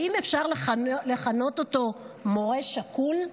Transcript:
האם אפשר לכנות אותו מורה שכול?